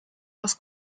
aus